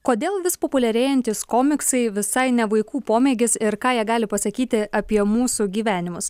kodėl vis populiarėjantys komiksai visai ne vaikų pomėgis ir ką jie gali pasakyti apie mūsų gyvenimus